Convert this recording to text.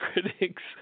critics